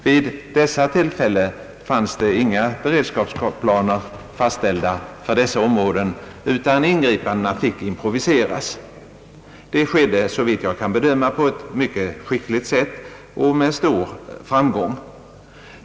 Vid dessa tillfällen fanns inga beredskapsplaner fastställda för de berörda områdena, utan ingripandena fick improviseras. Det skedde såvitt jag kan bedöma på ett mycket skickligt sätt och med stor framgång.